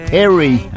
Harry